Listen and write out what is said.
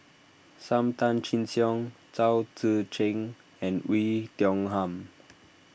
Sam Tan Chin Siong Chao Tzee Cheng and Oei Tiong Ham